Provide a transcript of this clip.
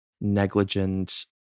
negligent